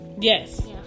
Yes